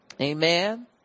amen